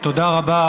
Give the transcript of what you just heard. תודה רבה,